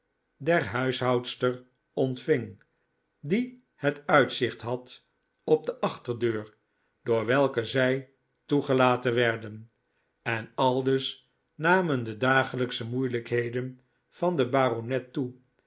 der huishoudster ontving die het uitzicht had op de achterdeur door welke zij toegelaten werden en aldus namen de dagelijksche moeilijkheden van den baronet toe